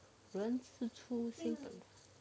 人之初性